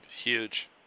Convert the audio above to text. Huge